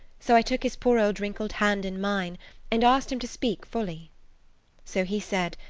so i took his poor old wrinkled hand in mine and asked him to speak fully so he said,